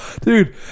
dude